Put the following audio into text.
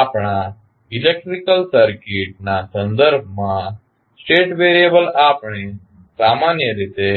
આપણા electrical circuit ના સંદર્ભમાં સ્ટેટ વેરિયેબલ આપણે સામાન્ય રીતે